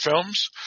films